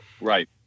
Right